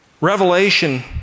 Revelation